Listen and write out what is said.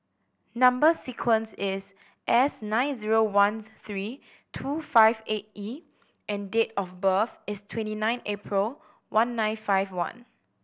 number sequence is S nine zero one three two five eight E and date of birth is twenty nine April one nine five one